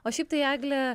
o šiaip tai egle